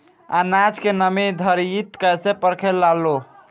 आनाज के नमी घरयीत कैसे परखे लालो?